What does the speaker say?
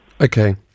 Okay